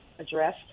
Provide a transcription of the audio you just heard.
addressed